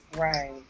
right